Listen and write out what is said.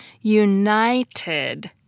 UNITED